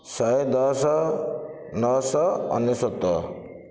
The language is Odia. ଶହେଦଶ ନଅଶହ ଅନେଶତ